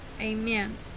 amen